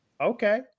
Okay